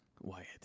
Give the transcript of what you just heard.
Wyatt